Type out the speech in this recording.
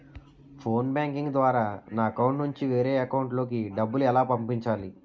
Phone banking ద్వారా నా account నుంచి వేరే అకౌంట్ లోకి డబ్బులు ఎలా పంపించాలి?